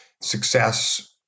success